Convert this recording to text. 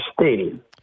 Stadium